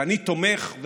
ואני תומך,